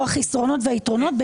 או החסרונות והיתרונות,